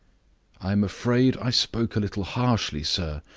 i am afraid i spoke a little harshly, sir,